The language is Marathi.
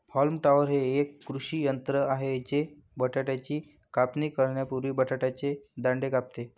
हॉल्म टॉपर हे एक कृषी यंत्र आहे जे बटाट्याची कापणी करण्यापूर्वी बटाट्याचे दांडे कापते